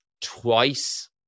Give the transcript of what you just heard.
twice